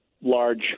large